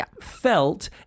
felt